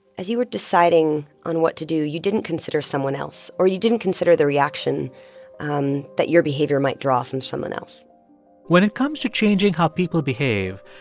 as you were deciding on what to do, you didn't consider someone else, or you didn't consider the reaction um that your behavior might draw from someone else when it comes to changing how people behave,